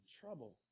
trouble